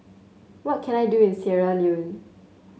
what can I do in Sierra Leone